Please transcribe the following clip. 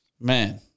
Man